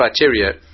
criteria